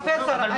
פרופסור,